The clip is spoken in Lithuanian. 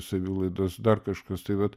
savilaidos dar kažkas tai vat